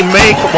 make